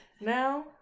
now